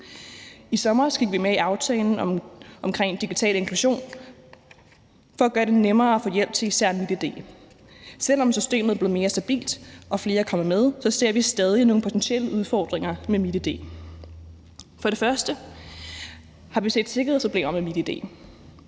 I sommers gik vi med i aftalen omkring digital inklusion for at gøre det nemmere at få hjælp til især MitID. Selv om systemet er blevet mere stabilt og flere er kommet med, ser vi stadig nogle potentielle udfordringer med MitID. For det første har vi jo set sikkerhedsproblemer med MitID.